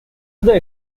other